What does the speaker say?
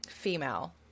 female